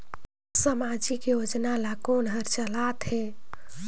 समाजिक योजना ला कोन हर चलाथ हे?